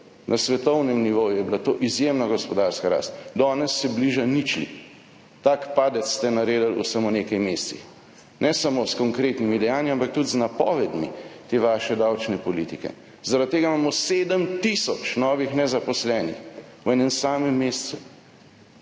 na svetovnem nivoju je bila to izjemna gospodarska rast. Danes se bliža ničli. Tak padec ste naredili v samo nekaj mesecih, ne samo s konkretnimi dejanji, ampak tudi z napovedmi te vaše davčne politike. Zaradi tega imamo 7 tisoč novih nezaposlenih v enem samem mesecu.